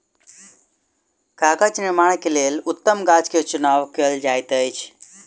कागज़ निर्माण के लेल उत्तम गाछ के चुनाव कयल जाइत अछि